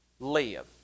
Live